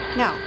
no